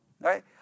right